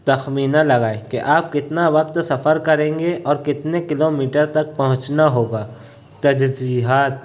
تخمینہ لگائیں کہ آپ کتنا وقت سفر کریں گے اور کتنے کلومیٹر تک پہنچنا ہوگا تجزیہات